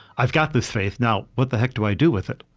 i've got this faith now what the heck do i do with it?